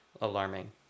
alarming